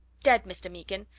dead, mr. meekin!